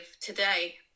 today